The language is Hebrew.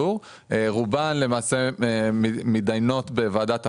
רובן, למעשה, מתדיינות בוועדת הפנים,